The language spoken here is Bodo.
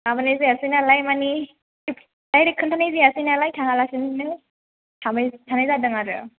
माबानाय जायासै नालाय माने दायरेक्ट खिन्थानाय जायासै नालाय थाङालासेयैनो थानाय जादों आरो